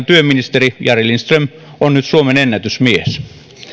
työministeri jari lindström on nyt suomenennätysmies